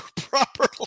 properly